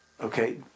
Okay